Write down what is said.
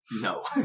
No